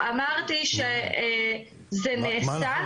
אמרתי שזה נעשה,